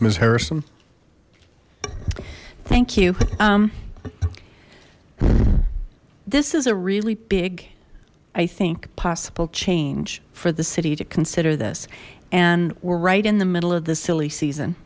ms harrison thank you um this is a really big i think possible change for the city to consider this and we're right in the middle of the silly